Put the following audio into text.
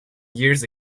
years